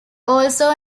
also